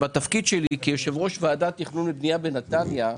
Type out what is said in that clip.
בתפקיד שלי, כיושב-ראש ועדת תכנון ובנייה בנתניה,